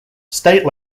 state